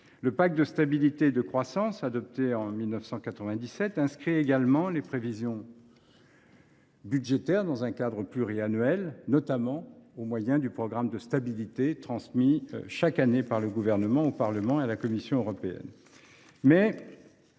Le pacte de stabilité et de croissance (PSC) adopté en 1997 inscrit également les prévisions budgétaires dans un cadre pluriannuel, notamment au moyen du programme de stabilité transmis chaque année par le Gouvernement au Parlement et à la Commission européenne.